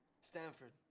Stanford